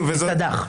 סד"ח.